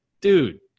dude